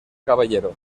caballero